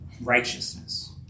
righteousness